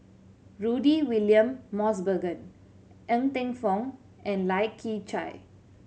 Rudy William Mosbergen Ng Teng Fong and Lai Kew Chai